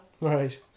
Right